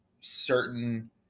certain